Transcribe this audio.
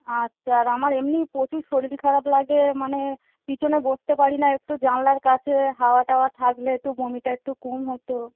আচ্ছা আর আমার এমনি প্রচুর শরীর খারাপ লাগে মানে পিছনে বসতে পারি না একটু জানলার কাছে হাওয়া টাওয়া থাকলে একটু বমিটা একটু কম হতো